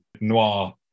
noir